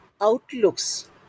outlooks